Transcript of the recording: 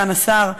סגן השר.